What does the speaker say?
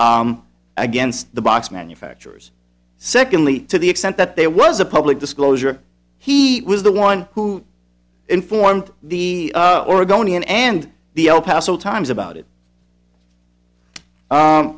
best against the box manufacturers secondly to the extent that there was a public disclosure he was the one who informed the oregonian and the el paso times about it